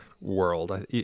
world